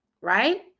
right